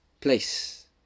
place